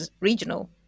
regional